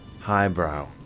highbrow